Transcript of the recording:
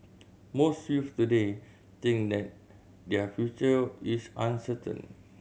most youths today think that their future is uncertain